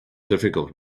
difficult